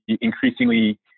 increasingly